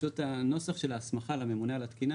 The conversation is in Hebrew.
פשוט הנוסח של ההסמכה לממונה על התקינה